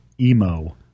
emo